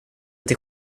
till